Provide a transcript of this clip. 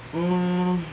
mm